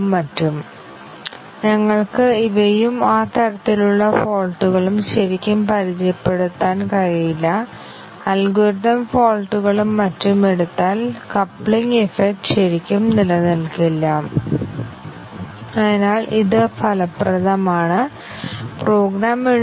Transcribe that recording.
statement നിരവധി വേരിയബിളുകൾ ഉപയോഗിച്ചേക്കാം അതിന് ഒരു മൂല്യം അസൈൻ ചെയ്യാനോ ഒരു വേരിയബിളിന്റെ മൂല്യം നിർവ്വചിക്കാനോ കഴിയും